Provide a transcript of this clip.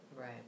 right